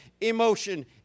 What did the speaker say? emotion